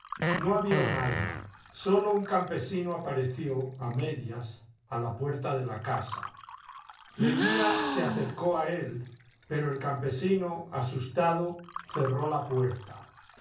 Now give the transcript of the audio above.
no había un alma sólo un campesino apareció a medias a la puerta de la casa leguía se acercó a él pero el campesino asustado cerró la puerta